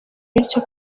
bityo